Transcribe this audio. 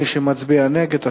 מי שמצביע נגד,